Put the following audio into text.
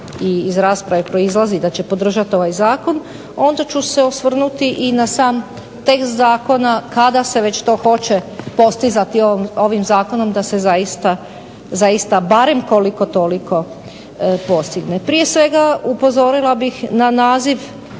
i iz rasprave proizlazi da će podržati ovaj zakon onda ću se osvrnuti i na sam tekst zakona kada se već to hoće postizati ovim zakonom da se zaista barem koliko toliko postigne. Prije svega upozorila bih na naziv